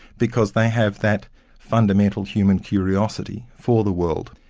because they have that fundamental human curiosity for the world.